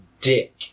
dick